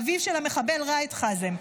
אביו של המחבל ראאד חאזם,